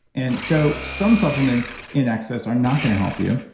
and so some supplements in excess are not going to help you.